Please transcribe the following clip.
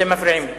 אתם מפריעים לי.